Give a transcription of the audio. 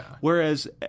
Whereas